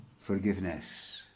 Forgiveness